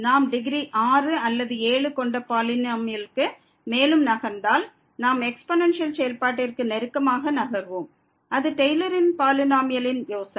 நாம் டிகிரி 6 அல்லது 7 கொண்ட பாலினோமியலுக்கு மேலும் நகர்ந்தால் நாம் எக்ஸ்பொனன்சியல் செயல்பாட்டிற்கு நெருக்கமாக நகர்வோம் அது டெய்லரின் பாலினோமியலின் யோசனை